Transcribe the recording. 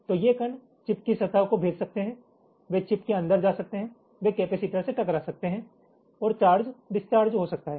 तो ये कण चिप की सतह को भेद सकते हैं वे चिप के अंदर जा सकते हैं वे कैपेसिटर से टकरा सकते हैं और चार्ज डिस्चार्ज हो सकता है